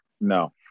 No